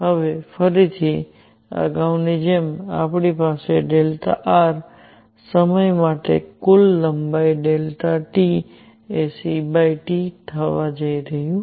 હવે ફરીથી અગાઉની જેમ આપણી પાસે r સમય માટે કુલ લંબાઈ t એ ct થવા જઈ રહ્યુ છે